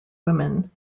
women